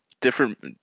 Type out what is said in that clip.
Different